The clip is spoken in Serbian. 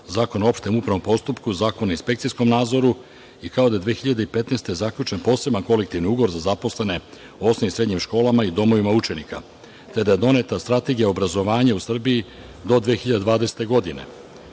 Zakona o opštem upravnom postupku, Zakona o inspekcijskom nadzoru kao i da je 2015. godine zaključen poseban kolektivni ugovor za zaposlenim i srednjim školama i domovima učenika, te da je doneta Strategija obrazovanja u Srbiji do 2020.